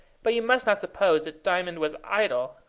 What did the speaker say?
but you must not suppose that diamond was idle.